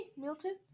Milton